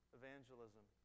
evangelism